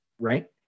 right